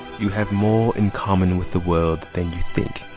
you have more in common with the world than you think.